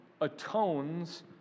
atones